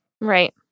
Right